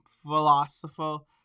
philosophical